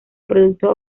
productos